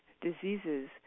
diseases